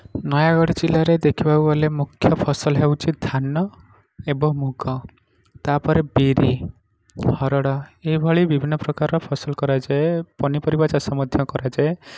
ନୟାଗଡ଼ ଜିଲ୍ଲାରେ ଦେଖିବାକୁ ଗଲେ ମୁଖ୍ୟ ଫସଲ ହେଉଛି ଧାନ ଏବଂ ମୁଗ ତାପରେ ବିରି ହରଡ଼ ଏଇଭଳି ବିଭିନ୍ନ ପ୍ରକାରର ଫସଲ କରାଯାଏ ପନିପରିବା ଚାଷ ମଧ୍ୟ କରାଯାଏ